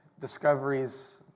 discoveries